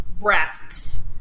breasts